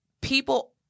people